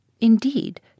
indeed